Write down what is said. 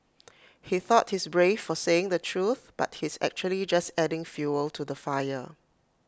he thought he's brave for saying the truth but he's actually just adding fuel to the fire